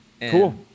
Cool